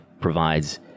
provides